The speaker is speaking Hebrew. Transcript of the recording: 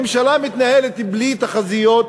ממשלה מתנהלת בלי תחזיות,